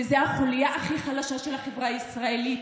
וזו החוליה הכי חלשה של החברה הישראלית.